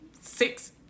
six